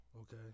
Okay